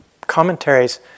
commentaries